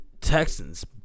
Texans